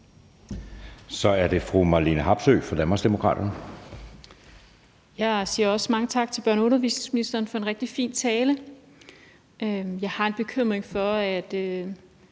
Så er det fru Marlene Harpsøe fra Danmarksdemokraterne. Kl. 20:11 Marlene Harpsøe (DD): Jeg siger også mange tak til børne- og undervisningsministeren for en rigtig fin tale. Jeg har en bekymring, i